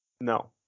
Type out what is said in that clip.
No